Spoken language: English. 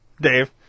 Dave